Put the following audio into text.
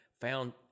found